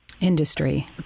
Industry